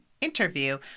interview